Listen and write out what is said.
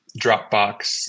Dropbox